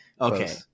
okay